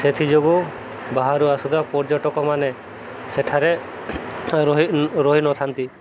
ସେଥିଯୋଗୁଁ ବାହାରୁ ଆସୁଥିବା ପର୍ଯ୍ୟଟକମାନେ ସେଠାରେ ରହି ରହିନଥାନ୍ତି